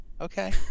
okay